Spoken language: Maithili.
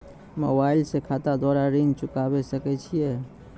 मोबाइल से खाता द्वारा ऋण चुकाबै सकय छियै?